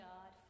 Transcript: God